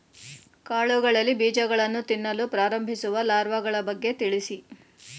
ಕಾಳುಗಳಲ್ಲಿ ಬೀಜಗಳನ್ನು ತಿನ್ನಲು ಪ್ರಾರಂಭಿಸುವ ಲಾರ್ವಗಳ ಬಗ್ಗೆ ತಿಳಿಸಿ?